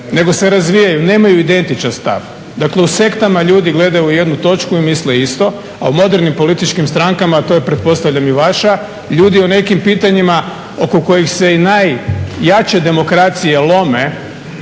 nego se razvijaju, nemaju identičan stav. Dakle, u sektama ljudi gledaju u jednu točku i misle isto, a u modernim političkim strankama to je pretpostavljam i vaša ljudi o nekim pitanjima oko kojeg se i najjače demokracije lome